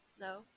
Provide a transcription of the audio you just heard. No